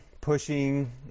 pushing